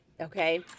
okay